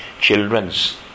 children's